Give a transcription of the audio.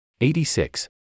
86